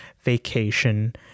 Vacation